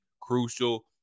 crucial